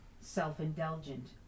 self-indulgent